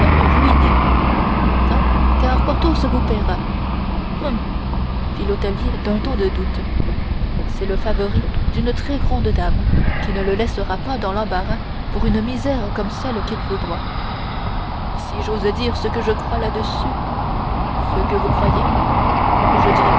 ruiné non car porthos vous paiera hum fit l'hôtelier d'un ton de doute c'est le favori d'une très grande dame qui ne le laissera pas dans l'embarras pour une misère comme celle qu'il vous doit si j'ose dire ce que je crois là-dessus ce que vous croyez je